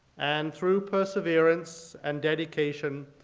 and through perseverance and dedication,